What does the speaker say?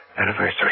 anniversary